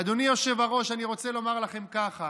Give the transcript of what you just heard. אדוני היושב-ראש, אני רוצה לומר לכם ככה: